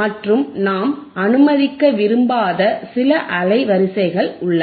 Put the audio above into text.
மற்றும் நாம் அனுமதிக்க விரும்பாத சில அலைவரிசைகள் உள்ளன